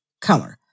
color